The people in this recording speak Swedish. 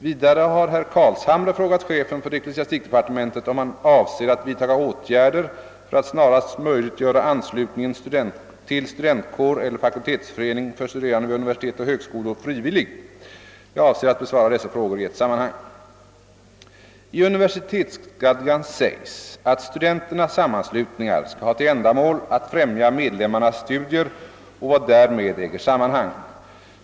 Vidare har herr Carlshamre frågat chefen för ecklesiastikdepartementet, om han avser att vidtaga åtgärder för att snarast möjligt göra anslutningen till studentkår eller fakultetsförening för studerande vid universitet och högskolor frivillig. Jag avser att besvara dessa frågor i ett sammanhang. I universitetsstadgan sägs, att studenternas sammanslutningar skall ha till ändamål att främja medlemmarnas studier och vad därmed äger sammanhang.